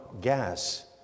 gas